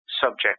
subject